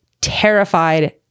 terrified